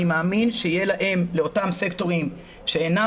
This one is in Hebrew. אני מאמין שיהיה לאותם סקטורים שאינם